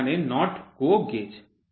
তাই এখানে NOT GO gauge